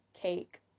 cake